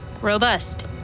robust